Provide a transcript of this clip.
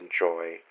enjoy